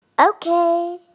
Okay